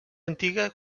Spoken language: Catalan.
antiga